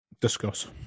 discuss